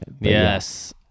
Yes